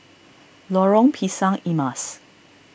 Lorong Pisang Emas